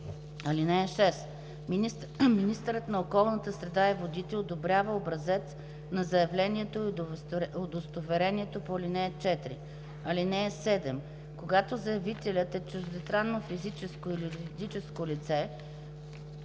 (6) Министърът на околната среда и водите одобрява образец на заявлението и удостоверението по ал. 4. (7) Когато заявителят е чуждестранно физическо или юридическо лице,